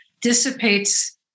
dissipates